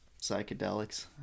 psychedelics